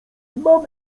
mam